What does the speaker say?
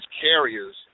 carriers